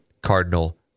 Cardinal